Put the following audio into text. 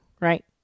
right